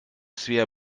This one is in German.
svea